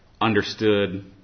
understood